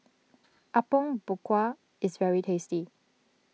Apom Berkuah is very tasty